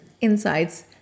insights